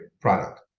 product